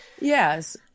Yes